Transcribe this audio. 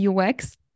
UX